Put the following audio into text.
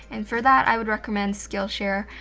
and for that i would recommend skillshare.